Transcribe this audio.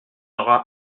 aura